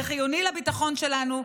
זה חיוני לביטחון שלנו,